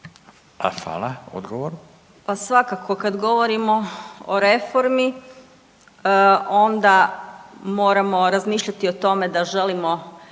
Marija (HDZ)** Pa svakako kad govorimo o reformi onda moramo razmišljati o tome da želimo